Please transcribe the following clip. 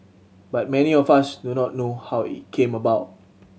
but many of us do not know how it came about